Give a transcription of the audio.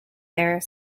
there